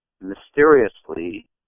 mysteriously